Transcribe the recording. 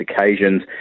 occasions